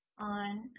on